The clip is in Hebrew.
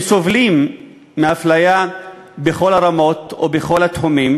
הם סובלים מאפליה בכל הרמות או בכל התחומים,